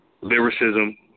lyricism